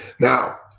Now